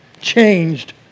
changed